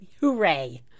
Hooray